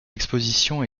expositions